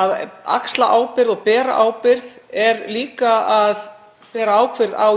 Að axla ábyrgð og bera ábyrgð er líka að bera ábyrgð á